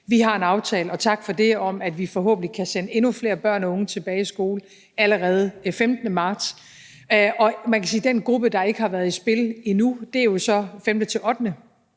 Vi har en aftale, og tak for det, om, at vi forhåbentlig kan sende endnu flere børn og unge tilbage i skole allerede den 15. marts. Man kan sige, at den gruppe, der ikke har været i spil endnu, så er 5. til 8.